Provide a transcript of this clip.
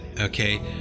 okay